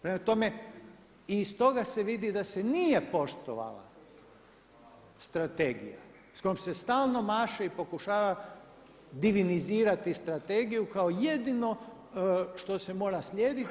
Prema tome i iz toga se vidi da se nije poštovala Strategija sa kojom se stalno maše i pokušava divinizirati Strategiju kao jedino što se mora slijediti.